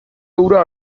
hura